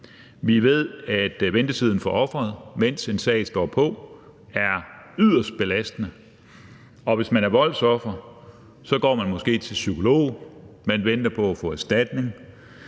Vi ved, at ventetiden for offeret, mens en sag står på, er yderst belastende, og hvis man er voldsoffer, går man måske til psykolog; man venter på at få erstatning,